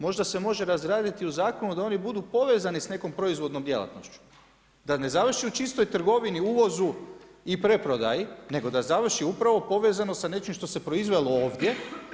Možda se može razraditi u zakonu da oni budu povezani sa nekom proizvodnom djelatnošću, da ne završi u čistoj trgovini, uvozu i preprodaji, nego da završi upravo povezano sa nečim što se proizvelo ovdje.